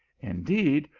indeed,